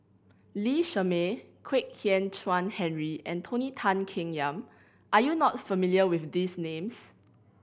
Lee Shermay Kwek Hian Chuan Henry and Tony Tan Keng Yam are you not familiar with these names